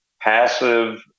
passive